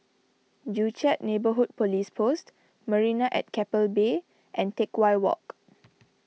Joo Chiat Neighbourhood Police Post Marina at Keppel Bay and Teck Whye Walk